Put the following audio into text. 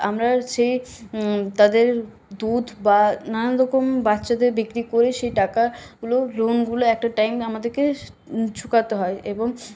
আমরা সেই তাদের দুধ বা নানান রকম বাচ্চাদের বিক্রি করে সেই টাকা গুলো লোনগুলো একটা টাইমে আমাদেরকে চোকাতে হয় এবং